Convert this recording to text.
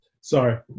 Sorry